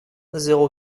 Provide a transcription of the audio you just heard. zéro